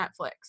Netflix